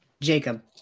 Jacob